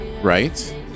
Right